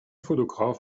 fotograf